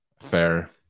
fair